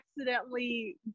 accidentally